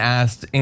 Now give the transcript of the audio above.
asked